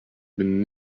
been